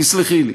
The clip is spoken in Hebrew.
תסלחי לי.